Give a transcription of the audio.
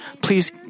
please